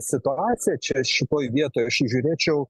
situacija čia šitoj vietoj aš įžiūrėčiau